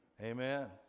Amen